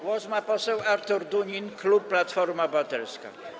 Głos ma poseł Artur Dunin, klub Platforma Obywatelska.